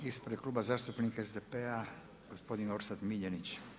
Ispred Kluba zastupnika SDP-a gospodin Orsat Miljenić.